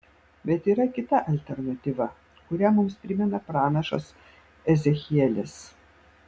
bet yra kita alternatyva kurią mums primena pranašas ezechielis